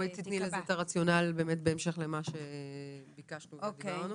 תני לזה את הרציונל בהמשך למה שביקשנו ודיברנו.